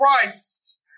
Christ